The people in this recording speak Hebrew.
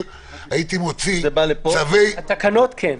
התקנות כן.